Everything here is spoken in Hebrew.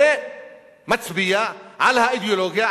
זה מצביע על האידיאולוגיה,